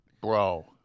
bro